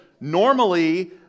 normally